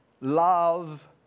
love